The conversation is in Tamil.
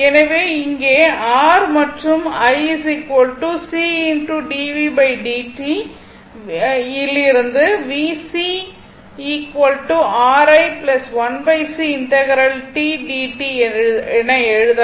எனவே இங்கே R i மற்றும் i c dv dt யிலிருந்து எழுதலாம்